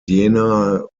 jenaer